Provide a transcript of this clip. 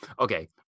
okay